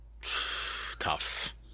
Tough